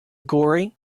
gory